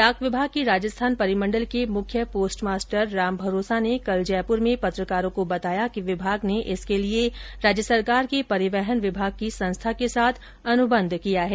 डाक विभाग के राजस्थान परिमंडल के मुख्य पोस्टमाटर राम भरोसा ने कल जयपुर में पत्रकारों को बताया कि विभाग ने इसके लिये राज्य सरकार के परिवहन विभाग की संस्था के साथ अनुबंध किया है